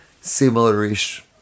similar-ish